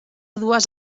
dues